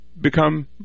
become